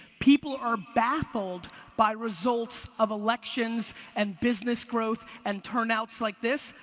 people are baffled by results of elections and business growth, and turnouts like this,